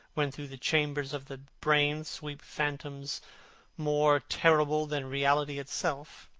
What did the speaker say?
when through the chambers of the brain sweep phantoms more terrible than reality itself,